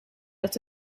dat